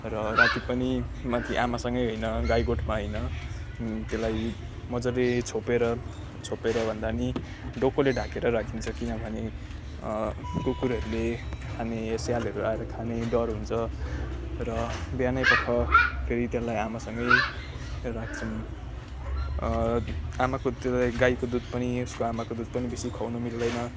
र राति पनि माथि आमासँगै होइन गाईगोठमा होइन त्यसलाई मजाले छोपेर छोपेर भन्दा पनि डोकोले ढाकेर राखिन्छ किनभने कुकुरहरूले खाने स्यालहरू आएर खाने डर हुन्छ र बिहानै पख फेरि त्यसलाई आमासँगै राख्छौँ आमाको त्यसलाई गाईको दुध पनि उसको आमाको दुध पनि बेसी खुवाउनु मिल्दैन